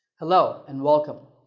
hello and welcome.